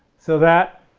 so that,